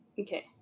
Okay